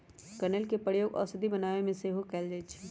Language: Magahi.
कनइल के प्रयोग औषधि बनाबे में सेहो कएल जाइ छइ